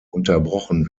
unterbrochen